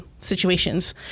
situations